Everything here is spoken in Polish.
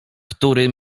który